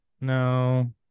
no